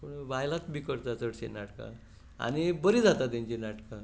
बायलांच बी करतात चडशीं नाटकां आनी बरीं जातात तांचीं नाटकां